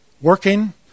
working